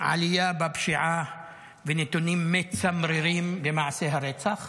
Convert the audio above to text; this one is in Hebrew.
עלייה בפשיעה ונתונים מצמררים במעשי הרצח,